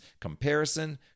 comparison